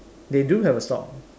they do have a stock